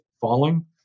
falling